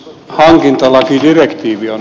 arvoisa puhemies